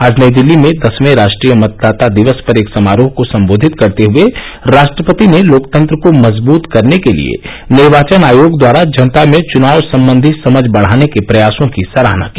आज नई दिल्ली में दसवें राष्ट्रीय मतदाता दिवस पर एक समारोह को संबोधित करते हुए राष्ट्रपति ने लोकतंत्र को मजबूत करने के लिए निर्वाचन आयोग द्वारा जनता में चुनाव संबंधी समझ बढ़ाने के प्रयासों की सराहना की